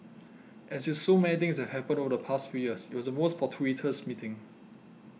as with so many things that have happened over the past few years it was a most fortuitous meeting